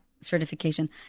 certification